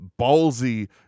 ballsy